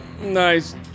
Nice